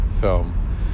film